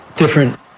different